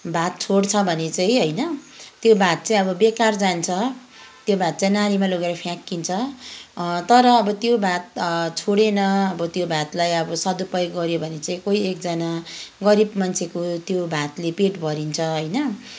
भात छोड्छ भने चाहिँ होइन त्यो भात चाहिँ अब बेकार जान्छ त्यो भात चाहिँ नालीमा लगेर फ्याँकिन्छ तर अब त्यो भात छोडिएन अब त्यो भातलाई अब सदुपयोग गऱ्यो भने चाहिँ कोही एकजना गरिब मान्छेको त्यो भातले पेट भरिन्छ होइन